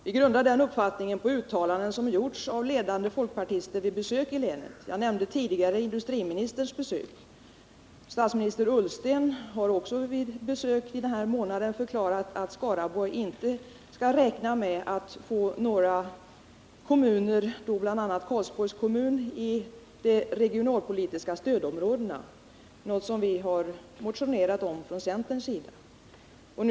Vi grundar den uppfattningen på uttalanden som gjorts av ledande folkpartister vid besök i länet. Jag nämnde tidigare industriministerns besök. Statsminister Ullsten har också vid besök under denna månad förklarat att Skaraborgs län inte skall räkna med att få in några kommuner — då bl.a. Karlsborgs kommun —- i de regionalpolitiska stödområdena, något som vi från centerns sida motionerat om.